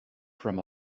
from